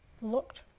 looked